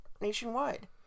nationwide